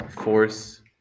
force